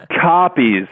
copies